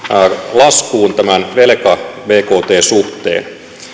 laskuun tämän velka bkt suhteen